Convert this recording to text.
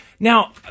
Now